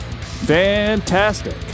Fantastic